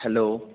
hello